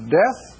death